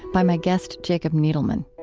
by my guest jacob needleman